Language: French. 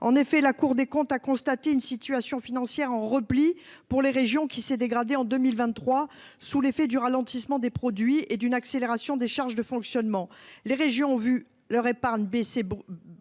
En effet, la Cour des comptes a constaté, pour celles ci, une situation financière en repli, qui s’est dégradée en 2023 sous l’effet du ralentissement des produits et d’une accélération des charges de fonctionnement. Les régions ont vu leur épargne brute baisser